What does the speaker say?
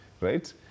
right